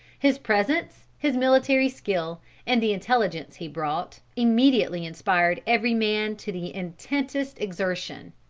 his presence, his military skill, and the intelligence he brought, immediately inspired every man to the intensest exertion.